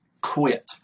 quit